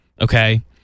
Okay